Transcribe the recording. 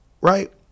right